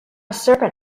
serpent